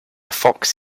fox